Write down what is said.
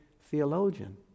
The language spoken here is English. theologian